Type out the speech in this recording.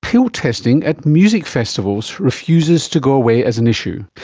pill testing at music festivals refuses to go away as an issue,